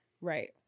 Right